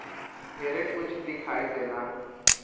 ढेरे कुछ दिखाई देला